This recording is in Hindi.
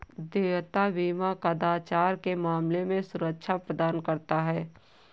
देयता बीमा कदाचार के मामले में सुरक्षा प्रदान करता है